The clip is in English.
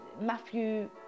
Matthew